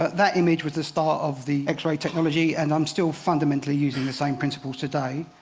that image was the start of the x-ray technology. and i'm still fundamentally using the same principles today.